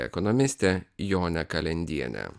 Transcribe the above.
ekonomistė jonė kalendienė